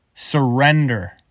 Surrender